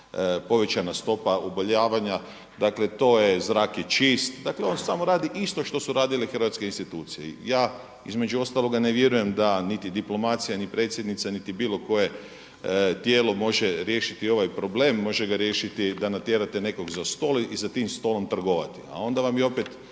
povećana stopa obolijevanja, dakle zrak je čist. Dakle on samo radi isto što su radile hrvatske institucije. I ja između ostaloga ne vjerujem da niti diplomacija niti predsjednica ni bilo koje tijelo može riješiti ovaj problem. Može ga riješiti da natjerate nekoga za stol i za tim stolom trgovati. A onda vam je opet